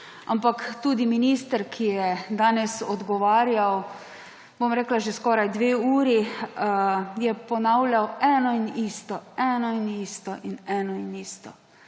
Ampak tudi minister, ki je danes odgovarjal že skoraj dve uri, je ponavljal eno in isto, eno in isto in eno in isto.